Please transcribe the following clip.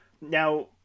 Now